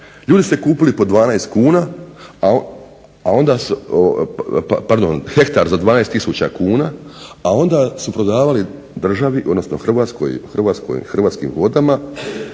ljudi su kupili po 12 kuna, pardon, hektar za 12 tisuća kuna, a onda su prodavali državi odnosno Hrvatskim vodama